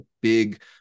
big